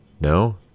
No